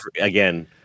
again